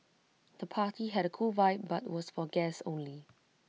the party had A cool vibe but was for guests only